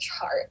chart